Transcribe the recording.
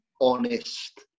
honest